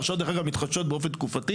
הרשאות שמתחדשות באופן תקופתי